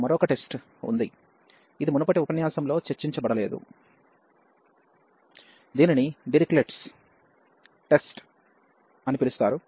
ఇప్పుడు మనకు మరో టెస్ట్ ఉంది ఇది మునుపటి ఉపన్యాసంలో చర్చించబడలేదు దీనిని డిరిక్లెట్స్ టెస్ట్ Dirichlet's test అని పిలుస్తారు